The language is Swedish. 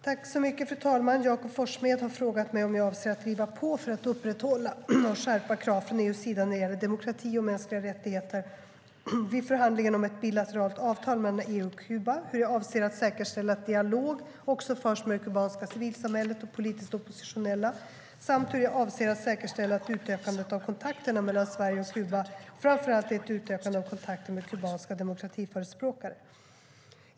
Fru talman! Jakob Forssmed har frågat mig om jag avser att driva på för att upprätthålla och skärpa krav från EU:s sida när det gäller demokrati och mänskliga rättigheter vid förhandlingen om ett bilateralt avtal mellan EU och Kuba, hur jag avser att säkerställa att dialog också förs med det kubanska civilsamhället och politiskt oppositionella samt hur jag avser att säkerställa att utökandet av kontakterna mellan Sverige och Kuba framför allt är ett utökande av kontakter med kubanska demokratiförespråkare.